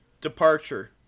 Departure